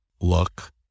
look